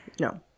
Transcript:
No